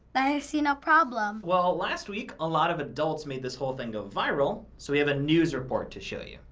i see no problem. well, last week, a lot of adults made this whole thing go viral, so we have a news report to show you.